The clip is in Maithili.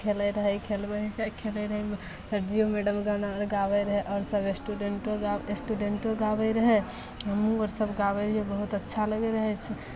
खेलै रहै खेलबै छै खेलै रहै लोग फेर जियो मैडम गाना गाबै रहै आओर सब स्टुडेन्टो गा स्टुडेन्टो गाबै रहै हमहुँ आर सब गाबै रहियै बहुत अच्छा लगै रहै एहिठिन